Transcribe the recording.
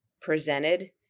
presented